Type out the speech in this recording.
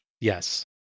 Yes